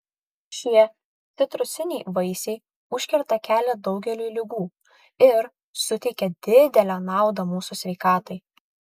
šie citrusiniai vaisiai užkerta kelią daugeliui ligų ir suteikia didelę naudą mūsų sveikatai